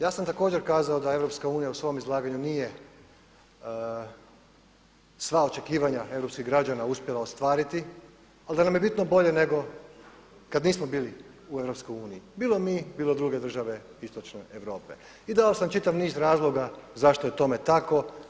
Ja sam također kazao da Europska unija, u svom izlaganju, nije sva očekivanja europskih građana uspjela ostvariti, ali da nam je bitno bolje nego kada nismo bili u Europskoj uniji bilo mi, bilo druge države Istočne Europe i dao sam čitav niz razloga zašto je tome tako.